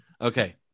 Okay